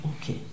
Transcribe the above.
okay